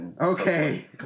Okay